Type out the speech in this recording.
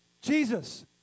Jesus